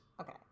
Okay